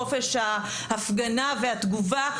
חופש הפגנה והתגובה,